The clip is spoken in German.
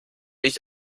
ich